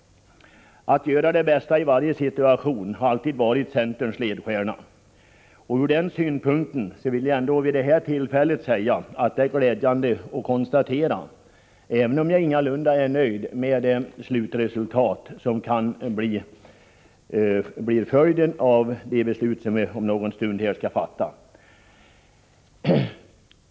Att göra det bästa av varje situation har alltid varit centerns ledstjärna. Ur den synpunkten är jag glad över men ingalunda nöjd med det resultat som kan bli följden av det beslut som vi om en stund här skall fatta.